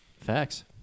Facts